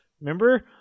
Remember